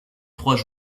trois